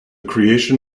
creation